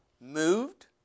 moved